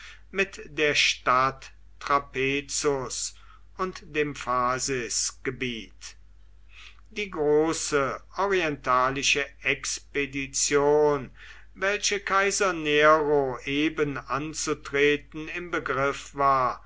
mit der stadt trapezus und dem phasisgebiet die große orientalische expedition welche kaiser nero eben anzutreten im begriff war